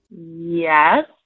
Yes